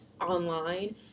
online